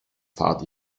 pfad